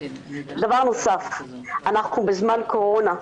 דבר נוסף, אנחנו בזמן קורונה,